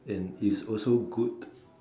and is also good